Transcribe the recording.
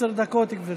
עשר דקות, גברתי.